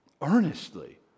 earnestly